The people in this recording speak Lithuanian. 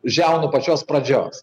žiaunų pačios pradžios